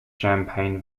champagne